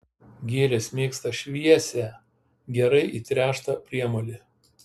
gėlės mėgsta šviesią gerai įtręštą priemolį